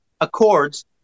Accords